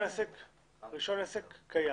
רישיון העסק קיים.